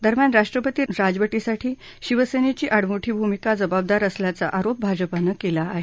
दरम्यान राष्ट्रपती राजवटीसाठी शिवसेनेची आडमुठी भूमिका जबाबदार असल्याचा आरोप भाजपानं केला आहे